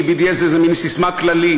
כי BDS זה איזה מין ססמה כללית,